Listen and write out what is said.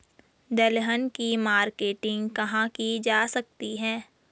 दलहन की मार्केटिंग कहाँ की जा सकती है?